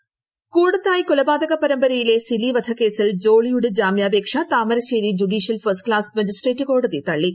കൂടത്തായി കൂടത്തായി കൊലപാതക പരമ്പരയിലെ സിലി വധക്കേസിൽ ജോളിയുടെ ജാമ്യാപേക്ഷ Thamarassery judicial first class magistrate കോടതി തള്ളി